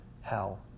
hell